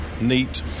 neat